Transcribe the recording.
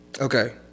Okay